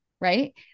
right